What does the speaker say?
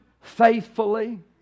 faithfully